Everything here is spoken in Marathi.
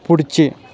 पुढचे